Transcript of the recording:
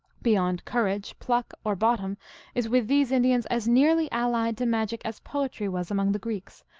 beyond courage, pluck or bottom is with these indians as nearly allied to magic as poetry was among the greeks,